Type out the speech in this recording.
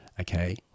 okay